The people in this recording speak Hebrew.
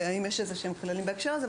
האם יש כללים בהקשר הזה?